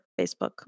Facebook